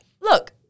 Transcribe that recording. look